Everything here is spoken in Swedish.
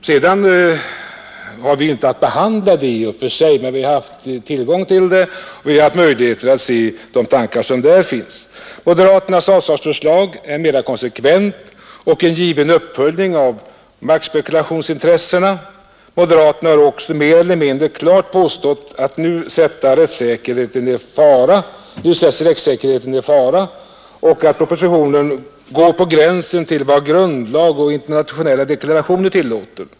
Vi har inte haft att behandla förslaget om förfarandereglerna i och för sig, men vi har haft tillgång till det och s7 kunnat sätta oss in i de tankar som där finns. Moderaternas avslagsförslag är mera konsekvent och en given uppföljning av markspekulationsintressena. Moderaterna har också mer eller mindre klart påstått att nu sätts rättssäkerheten i fara och att propositionen går på gränsen till vad grundlag och internationella deklarationer tillåter.